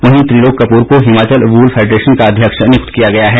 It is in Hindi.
वहीं त्रिलोक कपूर को हिमाचल वूल फेडरेशन का अध्यक्ष नियुक्त किया गया है